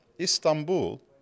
Istanbul